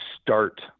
start